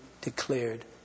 declared